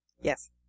yes